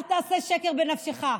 אל תעשה שקר בנפשך.